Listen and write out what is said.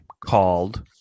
called